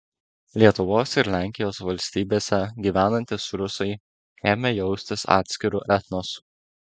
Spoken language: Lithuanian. lietuvos ir lenkijos valstybėse gyvenantys rusai ėmė jaustis atskiru etnosu